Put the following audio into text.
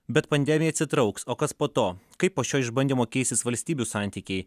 bet pandemija atsitrauks o kas po to kaip po šio išbandymo keisis valstybių santykiai